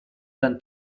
ten